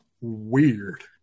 weird